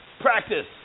Practice